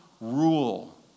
rule